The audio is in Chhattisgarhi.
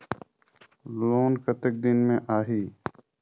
लोन कतेक दिन मे आही?